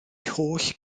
holl